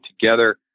together